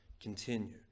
continue